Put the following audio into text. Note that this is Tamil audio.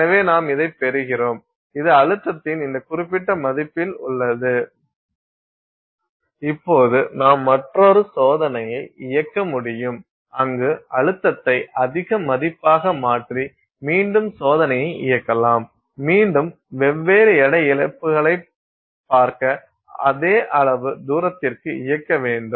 எனவே நாம் இதைப் பெறுகிறோம் இது அழுத்தத்தின் இந்த குறிப்பிட்ட மதிப்பில் உள்ளது இப்போது நான் மற்றொரு சோதனையை இயக்க முடியும் அங்கு அழுத்தத்தை அதிக மதிப்பாக மாற்றி மீண்டும் சோதனையை இயக்கலாம் மீண்டும் வெவ்வேறு எடை இழப்புகளைப் பார்க்க அதே அளவு தூரத்திற்கு இயக்க வேண்டும்